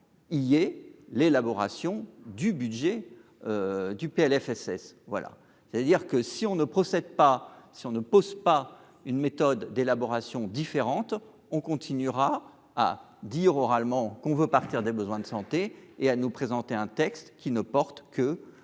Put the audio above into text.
il est l'élaboration du budget du PLFSS voilà, c'est-à-dire que si on ne procède pas si on ne pose pas une méthode d'élaboration différente, on continuera à dire oralement qu'on veut partir des besoins de santé et à nous présenter un texte qui ne porte que